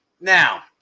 now